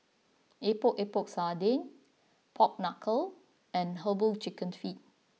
Epok Epok Sardin Pork Knuckle and Herbal Chicken Feet